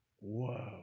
whoa